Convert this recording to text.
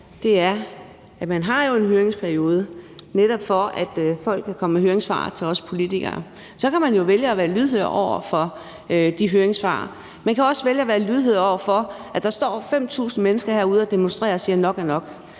her, er, at man jo netop har en høringsperiode, for at folk kan komme med høringssvar til os politikere. Så kan man jo vælge at være lydhør over for de høringssvar. Man kan også vælge at være lydhør over for de 5.000 mennesker, der står herude og demonstrerer og siger: Nok er nok!